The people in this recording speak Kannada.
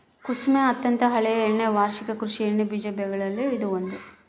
ಕುಸುಮೆ ಅತ್ಯಂತ ಹಳೆಯ ಎಣ್ಣೆ ವಾರ್ಷಿಕ ಕೃಷಿ ಎಣ್ಣೆಬೀಜ ಬೆಗಳಲ್ಲಿ ಇದು ಒಂದು